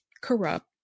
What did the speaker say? corrupt